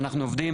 // אנחנו עובדים,